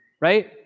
right